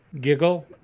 Giggle